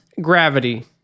gravity